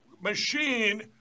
machine